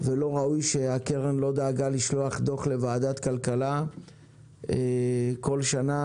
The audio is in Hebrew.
ולא ראוי שהקרן לא דאגה לשלוח דוח לוועדת הכלכלה בכל שנה,